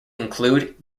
include